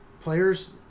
players